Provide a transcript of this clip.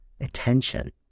attention